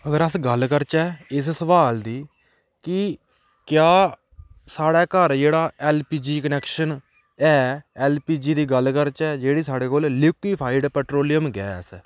अगर अस गल्ल करचै इस सवाल दी कि क्या साढ़े घर जेह्ड़ा ऐल पी जी कनैक्शन ऐ ऐल पी जी दी गल्ल करचै जेह्ड़ी साढ़े कोल लिक्यूफाइड पेट्रोलियम गैस ऐ